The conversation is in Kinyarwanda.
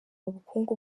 ubukungu